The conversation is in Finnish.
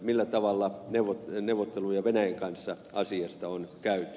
millä tavalla neuvotteluja venäjän kanssa asiasta on käyty